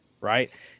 right